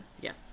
Yes